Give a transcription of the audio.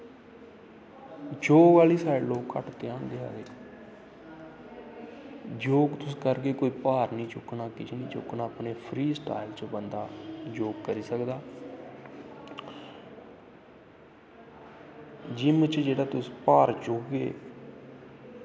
योग आह्ली साईड लोग घट्ट ध्यान देआ दे योग तुस करगे कोई भार नी चुक्कना अपने फ्री सटाईल च बंदा योग करी सकदा जिम्म च जेह्का तुस भार चुकगे